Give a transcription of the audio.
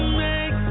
make